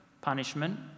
punishment